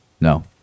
No